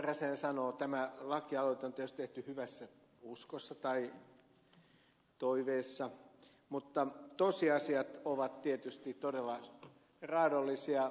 räsänen sanoo tämä lakialoite on tietysti tehty hyvässä uskossa tai toiveessa mutta tosiasiat ovat tietysti todella raadollisia